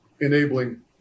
enabling